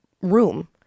room